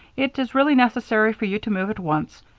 it is really necessary for you to move at once.